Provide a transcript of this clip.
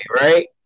right